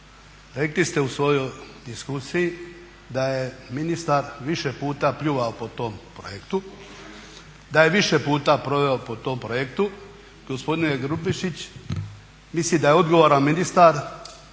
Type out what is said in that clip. Rekli ste u svojoj diskusiji da je ministar više puta pljuvao po tom projektu, da je više puta …/Govornik se ne razumije./… po tom projektu, gospodin Grubišić misli da je odgovoran ministar